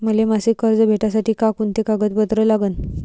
मले मासिक कर्ज भेटासाठी का कुंते कागदपत्र लागन?